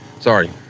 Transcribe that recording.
Sorry